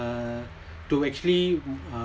uh to actually uh